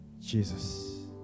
Jesus